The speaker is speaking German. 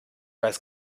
weiß